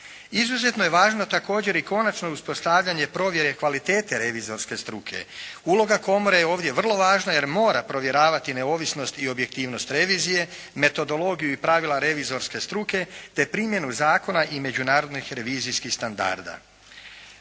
Izuzetno je važno također i konačno uspostavljanje provjere kvalitete revizorske struke, uloga komore je ovdje vrlo važna jer mora provjeravati neovisnost i objektivnost revizije, metodologiju i pravila revizorske struke, te primjenu zakona i međunarodnih revizijskih standarda.